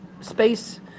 space